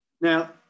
Now